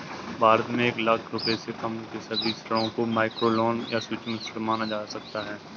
भारत में एक लाख रुपए से कम के सभी ऋणों को माइक्रोलोन या सूक्ष्म ऋण माना जा सकता है